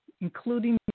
including